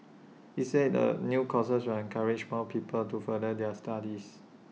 he said the new courses will encourage more people to further their studies